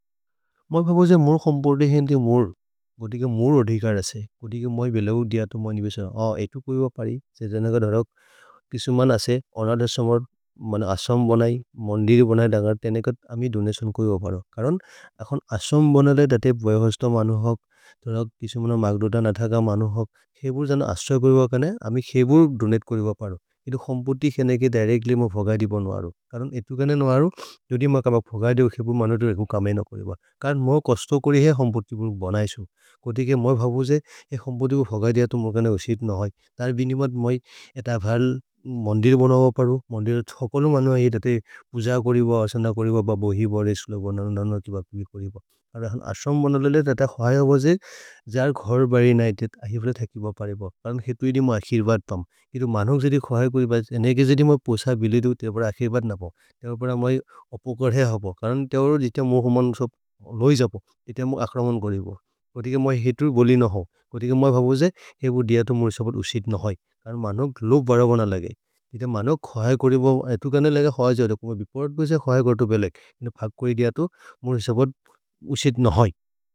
मोइ भबो जे मोर् खम्पुति हिन्दि मोर्, गोति के मोर् अधिकर् असे। गोति के मै बेलौ दिय तो मनि बेस न, आ एतु कोइब परि। से जन क धरक् किसु मन् असे अनद समर् असम् बनै। मन्दिरि बनै दन्गर् तेनेकत् अमि दोनतिओन् कोइब परो करन् अखन् असम् बनले दते बैहस्तम् मनु होक्। धरक् किसुमन मग्दोत न थक मनु होक्। खेपुर् जन असम् कोइब कने, अमि खेपुर् दोनते कोइब परो इतु खम्पुति खेनेके दिरेच्त्ल्य् मोइ फोगय् देबो नोहरो। करन् एतु कने नोहरो, जोदि मै खपक् फोगय् देबो खेपुर् मनु होक् एखु कमय्। न करेब करन् मोइ कसुतो करिहे खम्पुति फुर् बनैसु। गोति के मोइ भबो जे, एक् खम्पुति फोगय् देबो अतु मोर् कने उसिर् नहय्। तर् बिनिमद् मोइ एत भल् मन्दिर् बनव परो। मन्दिर् थकलु मनु है, दते पुज करिब। असन्द करिब, ब बोहि ब रेस्ल ब ननन कि ब पिबि करिब असम् बनले।